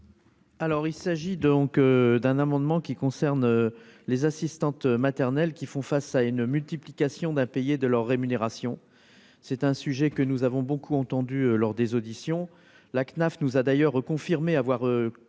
Alors il s'agit donc d'un amendement qui concerne les assistantes maternelles qui font face à une multiplication d'impayés de leur rémunération, c'est un sujet que nous avons beaucoup entendues lors des auditions la CNAF nous a d'ailleurs confirmé avoir